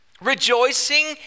rejoicing